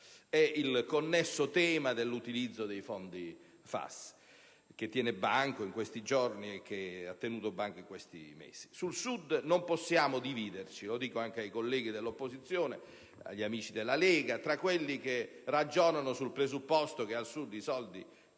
e il connesso tema dell'utilizzo dei fondi FAS, che tengono banco in questi giorni e hanno tenuto banco in questi mesi. Sul Sud non possiamo dividerci - lo dico anche ai colleghi dell'opposizione e agli amici della Lega - tra coloro che ragionano sul presupposto che al Sud i soldi